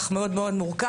אך מאוד מורכב.